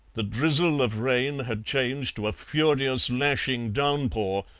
the drizzle of rain had changed to a furious lashing downpour,